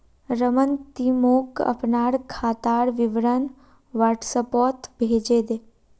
रमन ती मोक अपनार खातार विवरण व्हाट्सएपोत भेजे दे